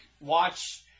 watch